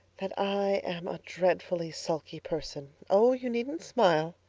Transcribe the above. that i am a dreadfully sulky person. oh, you needn't smile.